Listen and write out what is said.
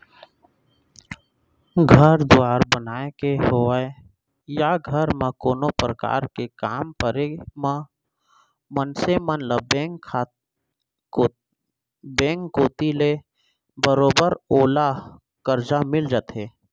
घर दुवार बनाय के होवय या घर म कोनो परकार के काम परे म मनसे मन ल बेंक कोती ले बरोबर ओला करजा मिल जाथे